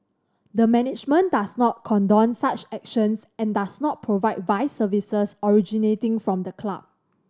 the management does not condone such actions and does not provide vice services originating from the club